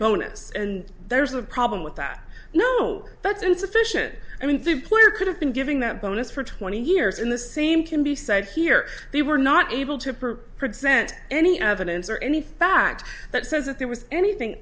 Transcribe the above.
bonus and there's a problem with that you know that's insufficient i mean the player could have been giving that bonus for twenty years in the same can be said here they were not able to prove present any evidence or anything back that says that there was anything